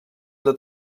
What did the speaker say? una